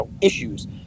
issues